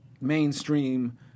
mainstream